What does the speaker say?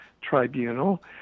tribunal